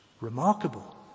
Remarkable